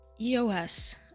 EOS